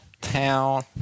Town